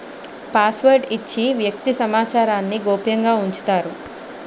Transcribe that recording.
password ఇచ్చి వ్యక్తి సమాచారాన్ని గోప్యంగా ఉంచుతారు